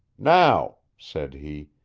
now, said he,